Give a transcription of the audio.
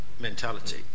mentality